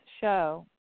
show